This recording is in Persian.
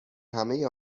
همهی